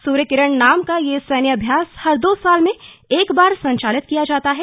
स्र्य किरण नाम का यह सैन्य अभ्यास हर दो साल में एक बार संचालित किया जाता है